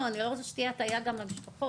אני לא רוצה שתהיה הטעיה גם של המשפחות.